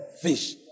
fish